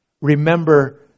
remember